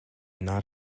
not